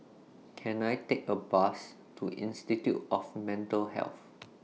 Can I Take A Bus to Institute of Mental Health